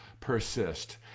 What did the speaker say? Persist